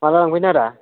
माला लांफैनो आदा